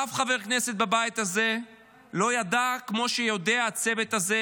אף חבר כנסת בבית הזה לא יודע כמו שיודע הצוות הזה,